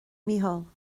mícheál